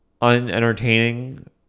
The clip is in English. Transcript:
unentertaining